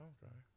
Okay